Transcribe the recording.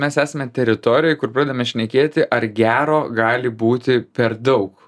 mes esame teritorijoj kur pradedame šnekėti ar gero gali būti per daug